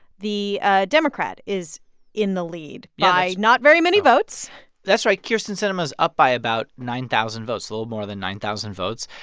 the democrat, is in the lead yeah by not very many votes that's right. kyrsten sinema is up by about nine thousand votes, a little more than nine thousand votes.